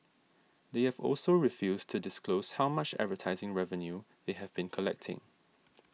they have also refused to disclose how much advertising revenue they have been collecting